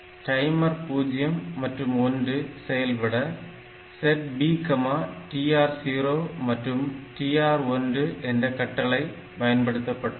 timer 0 மற்றும் 1 செயல்பட Set B TR0 மற்றும் TR1 என்ற கட்டளை பயன்படுத்தப்பட்டது